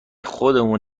خودمون